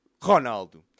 Ronaldo